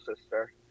sister